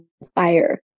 inspire